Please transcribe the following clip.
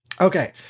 Okay